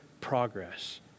progress